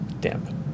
Damp